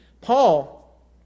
Paul